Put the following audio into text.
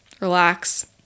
relax